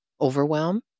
Overwhelm